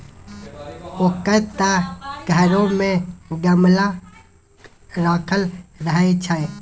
ओकर त घरो मे गमला राखल रहय छै